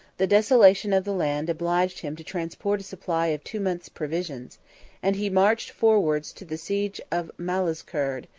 the desolation of the land obliged him to transport a supply of two months' provisions and he marched forwards to the siege of malazkerd,